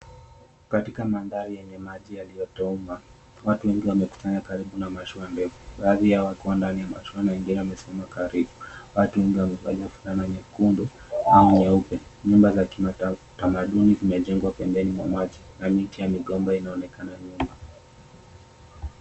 Katika maandhari yenye maji yaliyotooama watu wengi wamejikisanya kando ya mashua ndefu, wengi wao wakiwa ndani ya mashua na wengine karibu, watu wengi wamevalia fulana nyekundu na nyeupe, nyumba za kitamaduni zimejengwa pembeni mwa maji na miti ya migomba yanaonekana nyuma.